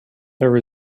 there